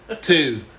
Two